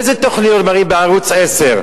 איזה תוכניות מראים בערוץ-10?